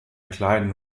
kleinen